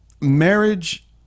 marriage